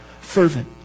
Fervent